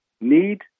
need